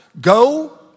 Go